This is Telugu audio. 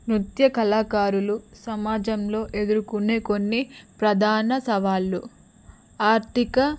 నృత్య కళాకారులు సమాజంలో ఎదుర్కునే కొన్ని ప్రధాన సవాళ్ళు ఆర్థిక